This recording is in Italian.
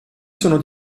sono